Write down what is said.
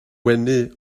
wenu